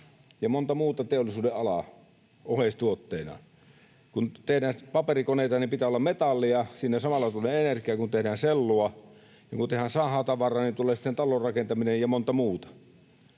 ja monta muuta teollisuudenalaa oheistuotteinaan. Kun tehdään paperikoneita, pitää olla metallia, ja siinä samalla kun tehdään sellua, tulee energiaa, ja kun tehdään sahatavaraa, niin tulee sitten talonrakentaminen, ja monta muuta.